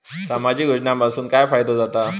सामाजिक योजनांपासून काय फायदो जाता?